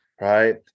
right